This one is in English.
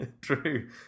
True